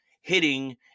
hitting